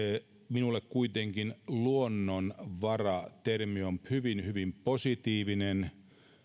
minulle kuitenkin luonnonvara termi on hyvin hyvin positiivinen